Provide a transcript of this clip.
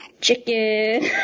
chicken